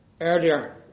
earlier